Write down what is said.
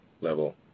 level